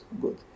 good